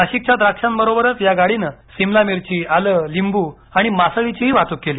नाशिकच्या द्राक्षांबरोबरच या गाडीनं सिमला मिरची आलं लिंबू आणि मासळीचीही वाहतूक केली